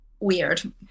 weird